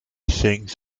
sings